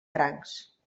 francs